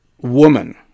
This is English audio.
woman